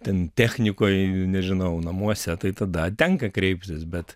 ten technikoj nežinau namuose tai tada tenka kreiptis bet